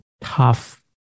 tough